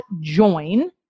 join